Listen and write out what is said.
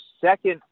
second